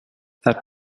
that